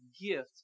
gift